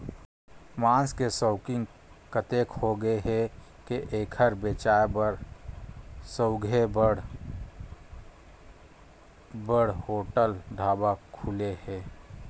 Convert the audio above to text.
मांस के सउकिन अतेक होगे हे के एखर बेचाए बर सउघे बड़ बड़ होटल, ढाबा खुले हे